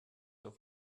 auf